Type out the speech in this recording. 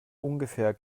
ungefähr